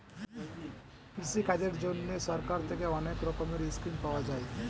কৃষিকাজের জন্যে সরকার থেকে অনেক রকমের স্কিম পাওয়া যায়